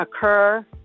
occur